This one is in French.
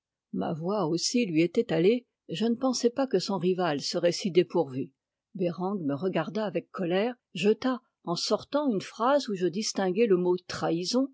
ma voix aussi lui était allée je ne pensais pas que son rival serait si dépourvu bereng me regarda avec colère jeta en sortant une phrase où je distinguai le mot trahison